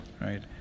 right